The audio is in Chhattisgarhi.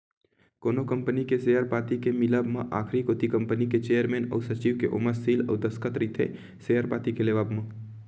कोनो कंपनी के सेयर पाती के मिलब म आखरी कोती कंपनी के चेयरमेन अउ सचिव के ओमा सील अउ दस्कत रहिथे सेयर पाती के लेवब म